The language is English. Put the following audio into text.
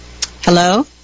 Hello